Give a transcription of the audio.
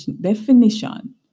definition